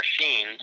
machines